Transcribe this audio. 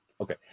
Okay